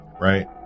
right